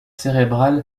cérébral